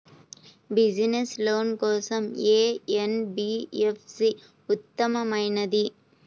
Business loan కోసం ఏ NBFC ఉత్తమమైనది?